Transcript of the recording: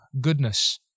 goodness